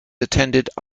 attended